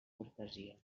cortesia